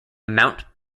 mount